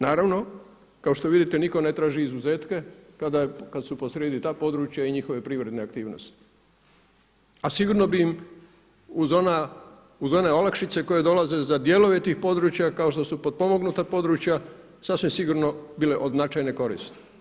Naravno, kao što vidite nitko ne traži izuzetke kada su posrijedi ta područja i njihove privredne aktivnosti, a sigurno bi im uz one olakšice koje dolaze za dijelove tih područja kao što su potpomognuta područja sasvim sigurno bile od značajne koristi.